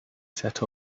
set